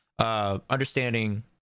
understanding